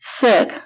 sick